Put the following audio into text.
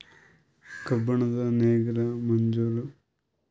ಕಬ್ಬುಣದ್ ನೇಗಿಲ್ ಮಜಬೂತ ಇರತದಾ, ಏನ ನಮ್ಮ ಕಟಗಿದೇ ಚಲೋನಾ?